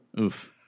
Oof